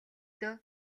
дөө